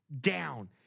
down